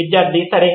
విద్యార్థి 3 సరే